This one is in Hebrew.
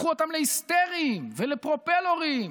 הפכו אותם להיסטריים ולפרופלורים